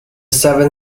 seven